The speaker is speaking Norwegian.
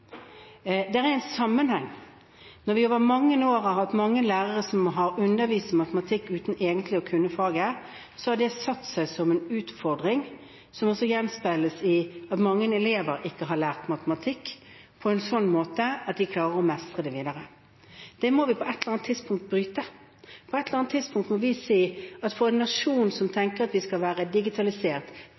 er en sammenheng. Når vi over mange år har hatt mange lærere som har undervist i matematikk uten egentlig å kunne faget, har det satt seg som en utfordring, som også gjenspeiles i at mange elever ikke har lært matematikk på en slik måte at de klarer å mestre det videre. Det må vi på et eller annet tidspunkt bryte. På et eller annet tidspunkt må vi si at for en nasjon som tenker at den skal være digitalisert,